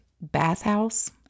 bathhouse